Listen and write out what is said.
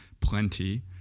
Plenty